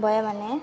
भयो भने